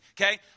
okay